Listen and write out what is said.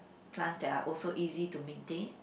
plants that are also easy to maintain